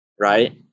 Right